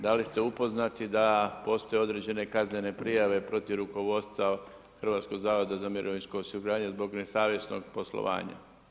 Da li ste upoznati da postoje određeno kaznene prijave protiv rukovodstva Hrvatskog zavoda za mirovinsko osiguranje zbog nesavjesnog poslovanja?